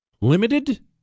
limited